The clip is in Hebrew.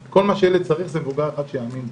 להיות: כל מה שילד צריך זה מבוגר אחד שיאמין בו.